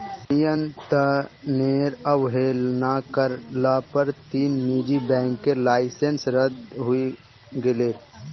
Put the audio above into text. नियंत्रनेर अवहेलना कर ल पर तीन निजी बैंकेर लाइसेंस रद्द हई गेले